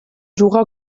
juga